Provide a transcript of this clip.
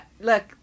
look